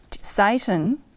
Satan